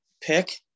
pick